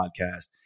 podcast